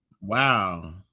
Wow